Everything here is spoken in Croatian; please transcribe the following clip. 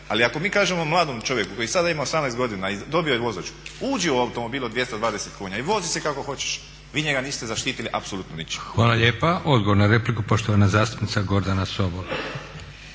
ali ako mi kažemo mladom čovjeku koji sada ima 18 godina i dobio je vozačku uđi u automobil od 220 konja i vozi se kako hoćeš vi njega niste zaštitili apsolutno ničim. **Leko, Josip (SDP)** Hvala lijepa. Odgovor na repliku poštovana zastupnica Gordana Sobol.